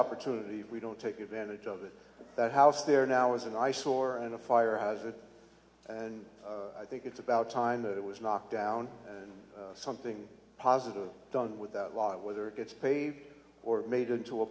opportunity if we don't take advantage of it that house there now is an eyesore and a fire hazard and i think it's about time that it was knocked down and something positive done with that law whether it gets paved or made into a